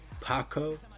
Paco